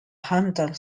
hunter